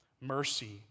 mercy